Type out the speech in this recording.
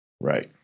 Right